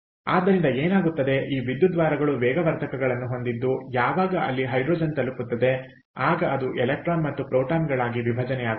ಆದ್ದರಿಂದ ಏನಾಗುತ್ತದೆ ಈ ವಿದ್ಯುದ್ವಾರಗಳು ವೇಗವರ್ಧಕಗಳನ್ನು ಹೊಂದಿದ್ದು ಯಾವಾಗ ಅಲ್ಲಿ ಹೈಡ್ರೋಜನ್ ತಲುಪುತ್ತದೆ ಆಗ ಅದು ಎಲೆಕ್ಟ್ರಾನ್ ಮತ್ತು ಪ್ರೋಟಾನ್ಗಳಾಗಿ ವಿಭಜನೆಯಾಗುತ್ತದೆ